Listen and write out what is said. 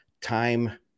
time